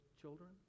children